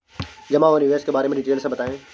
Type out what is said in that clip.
जमा और निवेश के बारे में डिटेल से बताएँ?